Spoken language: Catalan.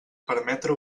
permetre